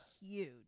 huge